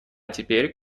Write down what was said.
теперь